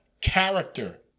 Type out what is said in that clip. character